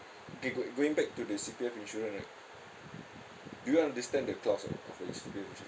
okay go~ going back to the C_P_F insurance right do you understand the clause ah of the C_P_F insurance